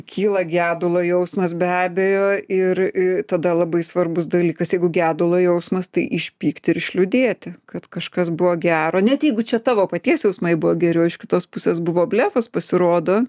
kyla gedulo jausmas be abejo ir tada labai svarbus dalykas jeigu gedulo jausmas tai išpykti ir išliūdėti kad kažkas buvo gero net jeigu čia tavo paties jausmai buvo geri o iš kitos pusės buvo blefas pasirodo